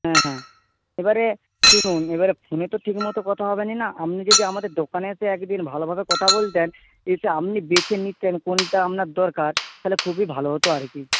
হ্যাঁ হ্যাঁ এবারে শুনুন এবারে ফোনে তো ঠিক মতো কথা হবে না না আপনি যদি আমাদের দোকানে এসে এক দিন ভালোভাবে কথা বলতেন এতে আপনি বেছে নিতেন কোনটা আপনার দরকার তাহলে খুবই ভালো হতো আর কি